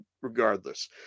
regardless